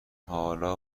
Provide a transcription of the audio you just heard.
حالا